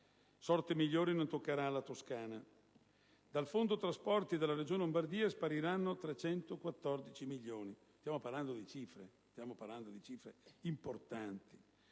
Sorte migliore non toccherà alla Toscana. Dal Fondo trasporti della Regione Lombardia spariranno 314 milioni: stiamo parlando di cifre importanti.